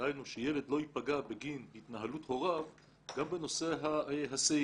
דהיינו שילד לא יפגע בגין התנהלות הוריו גם בנושא ההיסעים.